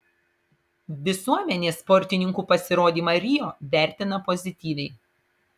visuomenė sportininkų pasirodymą rio vertina pozityviai